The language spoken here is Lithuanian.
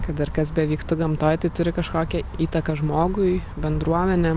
kad ir kas bevyktų gamtoj tai turi kažkokią įtaką žmogui bendruomenėm